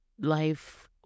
life